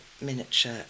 miniature